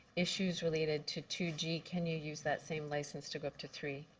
issues related to two g, can you use that same license to go up to three?